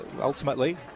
ultimately